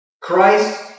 Christ